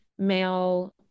male